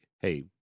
hey